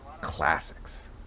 classics